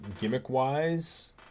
gimmick-wise